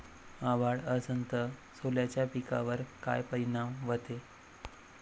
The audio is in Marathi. अभाळ असन तं सोल्याच्या पिकावर काय परिनाम व्हते?